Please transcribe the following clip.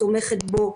תומכת בו,